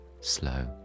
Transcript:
slow